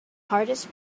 hardest